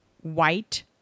white